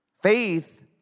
Faith